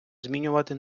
змінювати